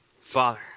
Father